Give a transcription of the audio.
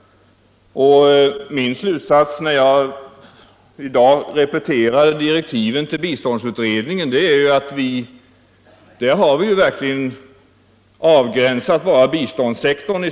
Min slutsats när jag i dag på nytt läste direktiven till biståndsutredningen var att de i stort sett bara var begränsade till biståndssektorn.